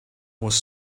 was